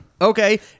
Okay